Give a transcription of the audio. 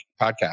podcast